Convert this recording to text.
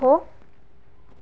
ਹੋ